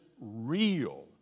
real